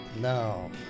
No